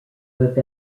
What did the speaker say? have